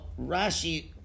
Rashi